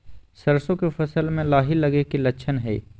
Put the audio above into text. सरसों के फसल में लाही लगे कि लक्षण हय?